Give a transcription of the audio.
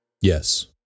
Yes